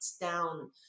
down